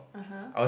(uh huh)